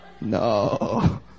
No